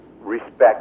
respect